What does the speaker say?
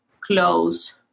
close